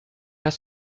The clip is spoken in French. pas